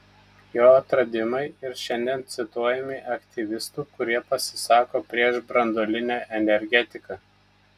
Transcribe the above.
jo atradimai ir šiandien cituojami aktyvistų kurie pasisako prieš branduolinę energetiką